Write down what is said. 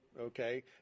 Okay